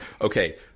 okay